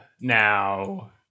now